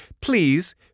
please